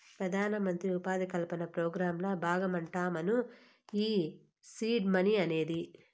పెదానమంత్రి ఉపాధి కల్పన పోగ్రాంల బాగమంటమ్మను ఈ సీడ్ మనీ అనేది